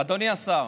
אדוני השר,